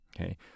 Okay